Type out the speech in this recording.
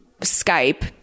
Skype